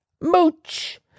mooch